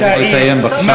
צריך לסיים, בבקשה.